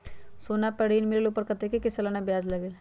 सोना पर ऋण मिलेलु ओपर कतेक के सालाना ब्याज लगे?